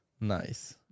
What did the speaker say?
Nice